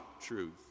truth